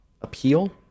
appeal